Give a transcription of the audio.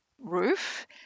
roof